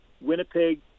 Winnipeg